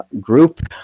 group